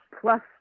Plus